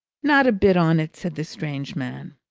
not a bit on it, said the strange man.